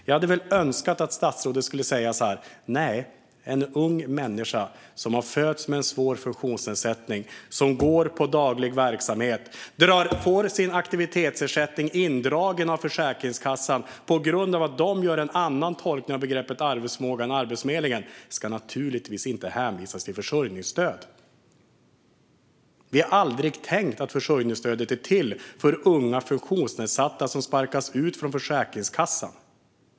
Jag hade önskat att statsrådet skulle säga: Nej, en ung människa som har fötts med en svår funktionsnedsättning och som går på daglig verksamhet och får sin aktivitetsersättning indragen av Försäkringskassan på grund av att de gör en annan tolkning av begreppet arbetsförmåga än Arbetsförmedlingen ska naturligtvis inte hänvisas till försörjningsstöd. Vi har aldrig tänkt att försörjningsstödet är till för unga funktionsnedsatta som sparkas ut från Försäkringskassan.